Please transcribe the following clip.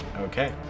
Okay